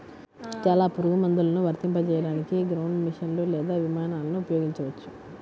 చాలా పురుగుమందులను వర్తింపజేయడానికి గ్రౌండ్ మెషీన్లు లేదా విమానాలను ఉపయోగించవచ్చు